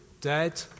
dead